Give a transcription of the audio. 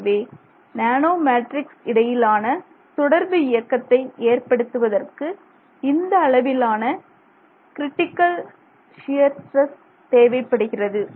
எனவே nano matrix இடையிலான தொடர்பு இயக்கத்தை ஏற்படுத்துவதற்கு இந்த அளவிலான கிரிட்டிக்கல் ஷியர் ஸ்ட்ரெஸ்தேவைப்படுகிறது